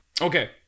Okay